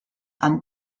amb